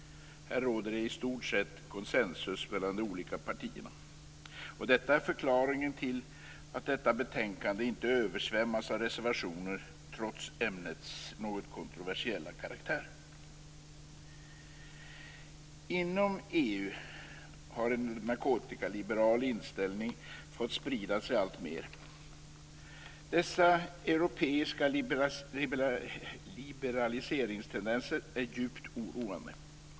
Här råder det i stort sett konsensus mellan de olika partierna. Detta är förklaringen till att detta betänkande inte översvämmas av reservationer trots ämnets något kontroversiella karaktär. Inom EU har en narkotikaliberal inställning fått sprida sig alltmer. Dessa europeiska liberaliseringstendenser är djupt oroande.